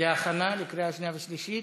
להכנה לקריאה שנייה ושלישית,